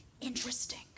interesting